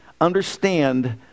understand